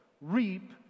reap